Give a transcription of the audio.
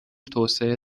توسعه